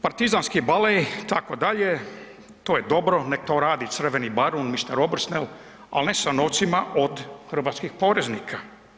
Partizanski balej itd., to je dobro, nek to radi crveni barun, mister Obersnel, al ne sa novcima od hrvatskih poreznika.